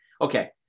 Okay